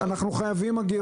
אנחנו חייבים אגירה.